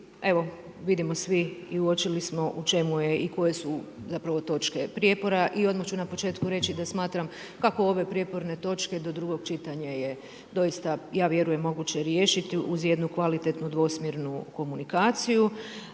evo vidimo svi i uočili smo u čemu je i koje su zapravo točke prijepora i odmah ću na početku reći da smatram kako ove prijeporne točke do drugog čitanja je doista ja vjerujem moguće riješiti uz jednu kvalitetnu dvosmjernu komunikaciju.